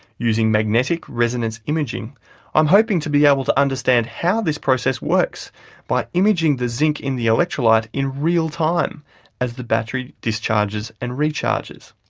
using magnetic resonance imaging i'm hoping to be able to understand how this process works by imaging the zinc in the electrolyte in real time as the battery discharges and recharges.